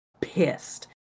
pissed